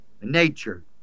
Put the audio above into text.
nature